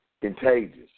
contagious